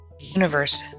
universe